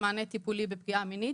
מענה טיפולי בפגיעה מינית,